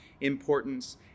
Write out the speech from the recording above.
importance